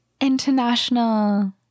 International